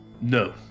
No